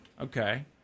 okay